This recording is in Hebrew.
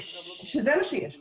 שזה מה שיש לה.